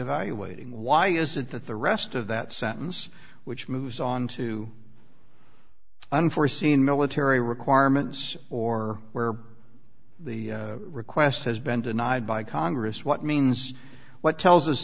evaluating why isn't that the rest of that sentence which moves on to unforeseen military requirements or where the request has been denied by congress what means what tells us